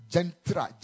Gentra